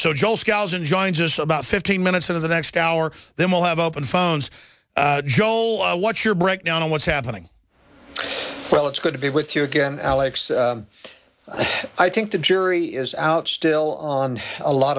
us about fifteen minutes of the next hour then we'll have open phones joel i want your breakdown on what's happening well it's good to be with you again alex i think the jury is out still on a lot